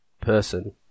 person